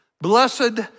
Blessed